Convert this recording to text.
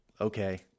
okay